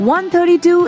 132